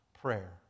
prayer